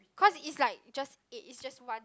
cause it's like just eight it's just one